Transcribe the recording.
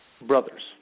brothers